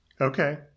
Okay